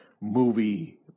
movie